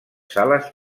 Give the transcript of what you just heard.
sales